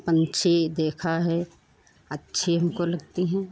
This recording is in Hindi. पंछी देखा है अच्छे हमको लगते हैं